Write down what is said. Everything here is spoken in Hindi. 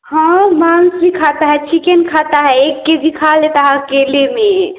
हाँ मांस भी खाता है चिकेन खाता है एक के जी खा लेता है अकेले में